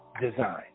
design